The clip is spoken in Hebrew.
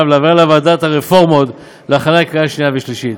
ולהעבירה לוועדת הרפורמות להכנה לקריאה שנייה ושלישית.